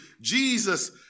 Jesus